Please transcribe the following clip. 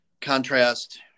contrast